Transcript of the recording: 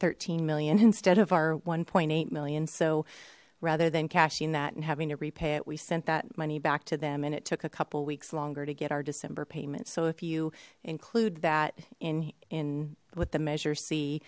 thirteen million instead of our one eight million so rather than cashing that and having to repay it we sent that money back to them and it took a couple weeks longer to get our december payments so if you include that in in what the measure see